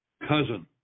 cousin